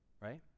Right